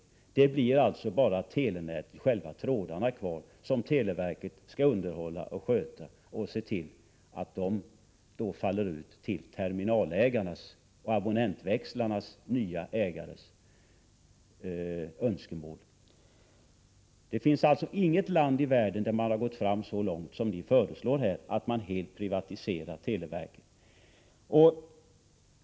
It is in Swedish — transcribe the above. Med ert förslag blir det alltså bara telenätet, själva trådarna, kvar som televerket skall sköta om och som skall fungera efter terminalägarnas och abonnentväxlarnas nya ägares önskemål. Det finns inget land i världen där man har gått så långt som ni föreslår, att helt privatisera televerket.